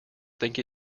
think